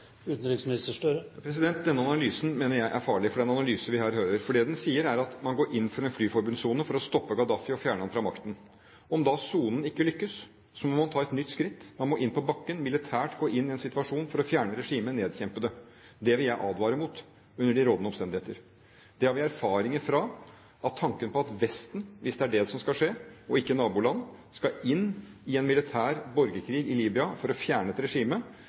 mener jeg er farlig, for det den sier, er at man går inn for en flyforbudssone for å stoppe Gaddafi og fjerne ham fra makten. Om da dette ikke lykkes, må man ta et nytt skritt, man må inn på bakken og militært gå inn i en situasjon for å fjerne regimet og nedkjempe det. Det vil jeg under de rådende omstendigheter advare mot. Det har vi erfaring fra. Tanken på at Vesten – hvis det er det som skal skje – og ikke naboland skal inn i en militær borgerkrig i Libya for å fjerne